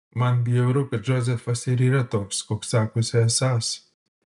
man bjauru kad džozefas ir yra toks koks sakosi esąs